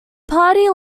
party